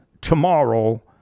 tomorrow